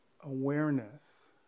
awareness